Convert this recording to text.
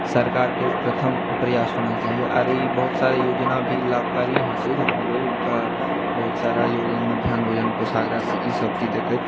सरकारके प्रथम प्रयास होना चाही आर ई बहुत सा योजना भी लाभकारी होइत छै जकरा लेल हुनका बहुत प्यारा योजना मध्याह्न भोजन पोशाक राशि ई सब चीज देखैत